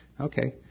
Okay